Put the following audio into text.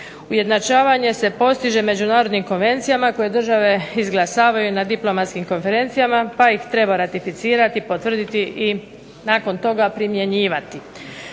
Ujednačavanje se postiže međunarodnim konvencijama koje države izglasavaju na diplomatskim konferencijama pa ih treba ratificirati, potvrditi i nakon toga primjenjivati.